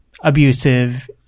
abusive